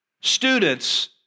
students